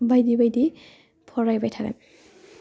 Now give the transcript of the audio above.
बायदि बायदि फरायबाय थागोन